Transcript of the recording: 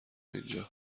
اینجا